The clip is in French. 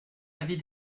avis